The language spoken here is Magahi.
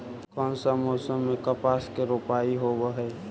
कोन सा मोसम मे कपास के रोपाई होबहय?